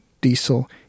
diesel